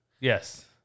Yes